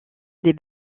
des